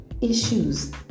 Issues